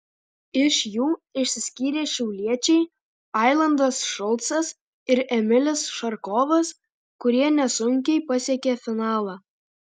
iš jų išsiskyrė šiauliečiai ailandas šulcas ir emilis šarkovas kurie nesunkiai pasiekė finalą